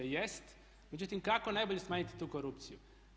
Jest, međutim kako najbolje smanjiti tu korupciju?